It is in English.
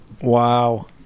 Wow